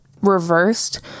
reversed